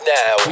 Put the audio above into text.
now